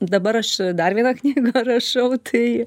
dabar aš dar vieną knygą rašau tai